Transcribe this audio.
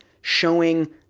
showing